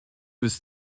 was